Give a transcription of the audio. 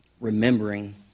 remembering